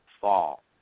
fall